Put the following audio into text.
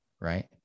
right